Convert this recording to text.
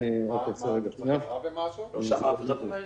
אני גם כן קראתי,